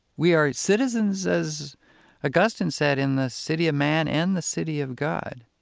we are citizens, as augustine said, in the city of man and the city of god,